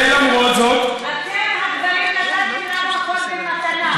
ולמרות זאת, אתם הגברים נתתם לנו הכול במתנה.